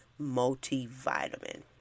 multivitamin